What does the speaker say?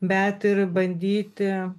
bet ir bandyti